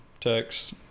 text